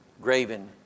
graven